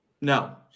No